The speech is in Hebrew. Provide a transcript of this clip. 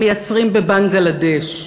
מייצרים בבנגלדש.